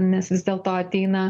nes vis dėlto ateina